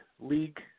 League